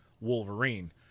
Wolverine